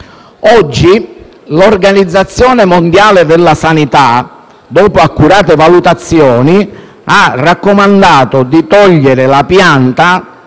però l'Organizzazione mondiale della sanità, dopo accurate valutazioni, ha raccomandato di togliere l'intera